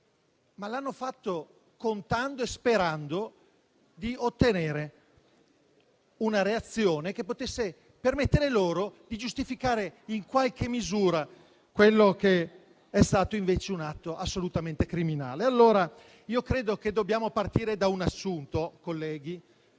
L'hanno fatto contando e sperando di ottenere una reazione che potesse permettere loro di giustificare in qualche misura quello che è stato invece un atto assolutamente criminale. Credo che dobbiamo partire da un assunto, colleghi,